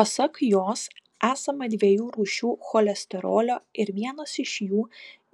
pasak jos esama dviejų rūšių cholesterolio ir vienas iš jų